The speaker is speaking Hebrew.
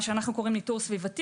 מה שאנו קוראים ניטור סביבתי.